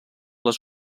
les